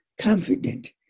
confident